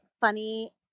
funny